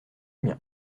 mien